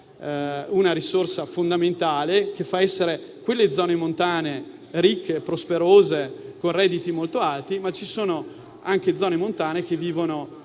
una risorsa fondamentale che fa essere quelle zone montane ricche e prosperose, con redditi molto alti, ma ci sono anche zone montane che vivono